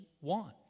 want